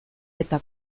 eta